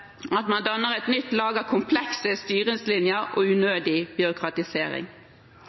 at man danner «et nytt lag av komplekse styringslinjer og unødig byråkratisering».